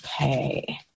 Okay